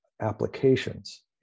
applications